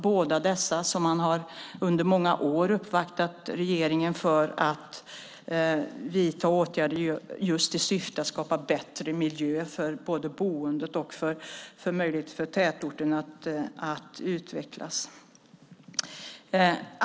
Båda dessa frågor har man under många år uppvaktat regeringen om för att åtgärder ska vidtas just i syfte att skapa en bättre miljö både för boendet och för tätorternas möjligheter att utvecklas.